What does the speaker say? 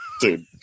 dude